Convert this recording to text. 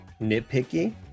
nitpicky